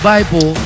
Bible